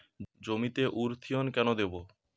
জমিতে ইরথিয়ন কেন দেবো?